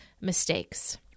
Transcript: mistakes